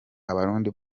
abarundi